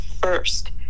first